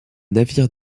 navire